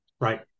Right